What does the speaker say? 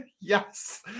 Yes